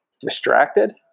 distracted